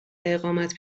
اقامت